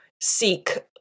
seek